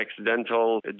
accidental